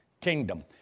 kingdom